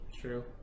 True